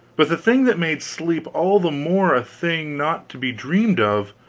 but the thing that made sleep all the more a thing not to be dreamed of,